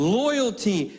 loyalty